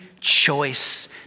choice